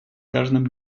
каждым